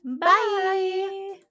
bye